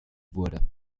wurde